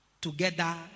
together